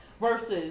versus